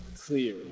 clear